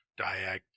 diag